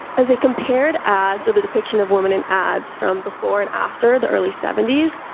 as i compared ads the depiction of women in ads from before and after the early seventy s,